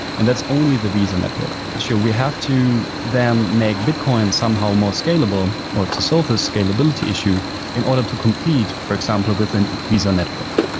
and that's only the visa network. we have to then make bitcoin somehow more scalable, or to solve the scalability issue in order to compete, for example, within visa network.